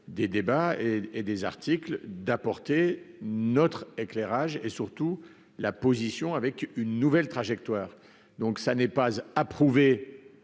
des débats et des articles d'apporter notre éclairage et surtout la position avec une nouvelle trajectoire, donc ça n'est pas approuvé